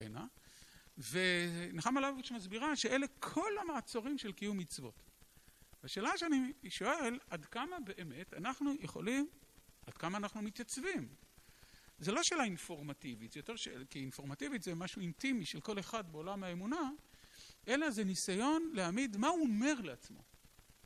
ונחמה לאויביץ' מסבירה שאלה כל המעצורים של קיום מצוות. השאלה שאני שואל, עד כמה באמת אנחנו יכולים, עד כמה אנחנו מתייצבים? זה לא שאלה אינפורמטיבית, זה יותר שאלה כי אינפורמטיבית זה משהו אינטימי של כל אחד בעולם האמונה, אלא זה ניסיון להעמיד מה הוא אומר לעצמו.